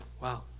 Wow